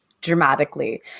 dramatically